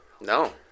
No